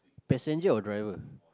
passenger or driver